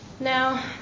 Now